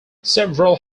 several